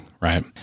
Right